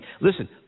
Listen